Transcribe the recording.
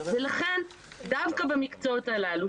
ולכן דווקא במקצועות הללו,